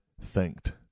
thanked